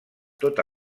tota